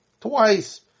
Twice